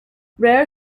rare